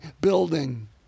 building